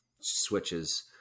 switches